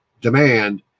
demand